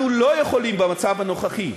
אנחנו לא יכולים במצב הנוכחי,